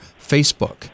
Facebook